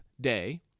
day